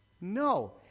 No